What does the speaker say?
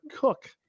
Cook